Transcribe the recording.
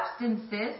substances